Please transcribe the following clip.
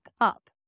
up